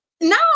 No